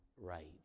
right